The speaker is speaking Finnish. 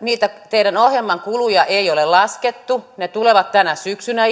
niitä teidän ohjelmanne kuluja ei ole laskettu ne tulevat ilmeisesti tänä syksynä